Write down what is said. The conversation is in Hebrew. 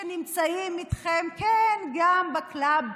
שנמצאים איתכם גם בקלאב,